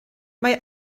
mae